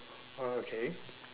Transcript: oh okay